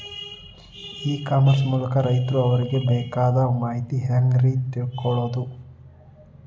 E commerce ಮೂಲಕ ರೈತರು ಅವರಿಗೆ ಬೇಕಾದ ಮಾಹಿತಿ ಹ್ಯಾಂಗ ರೇ ತಿಳ್ಕೊಳೋದು?